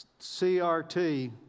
CRT